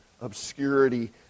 obscurity